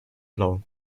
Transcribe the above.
blau